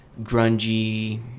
grungy